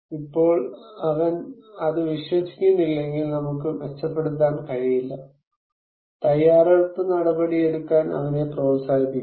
ഇപ്പോൾ അവൻ അത് വിശ്വസിക്കുന്നില്ലെങ്കിൽ നമുക്ക് മെച്ചപ്പെടുത്താൻ കഴിയില്ല തയ്യാറെടുപ്പ് നടപടിയെടുക്കാൻ അവനെ പ്രോത്സാഹിപ്പിക്കുക